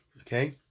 Okay